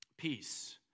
Peace